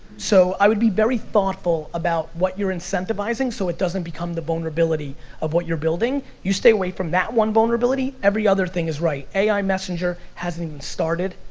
so i would be very thoughtful about what you're incentivizing so it doesn't become the vulnerability of what you're building. you stay away from that one vulnerability, every other thing is right. ai messenger hasn't even started,